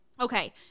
Okay